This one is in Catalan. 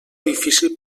difícil